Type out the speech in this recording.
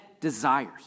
desires